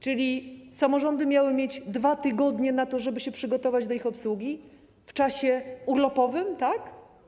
Czyli samorządy miały mieć 2 tygodnie na to, żeby się przygotować do ich obsługi, i to w czasie urlopowym, tak?